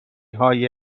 های